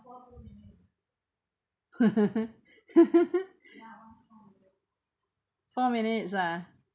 four minutes ah